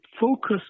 focus